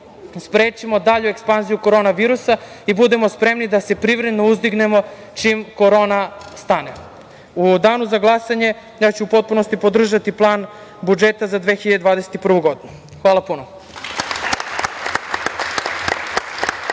sprečimo dalju ekspanziju korona virusa i budemo spremni da se privredno uzdignemo čim korona stane.U danu za glasanje ja ću u potpunosti podržati plan budžeta za 2021. godinu. Hvala puno.